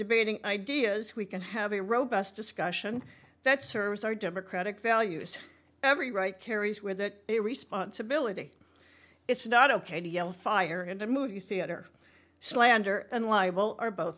debating ideas we can have a robust discussion that serves our democratic values every right carries with it a responsibility it's not ok to yell fire in a movie theater slander and libel are both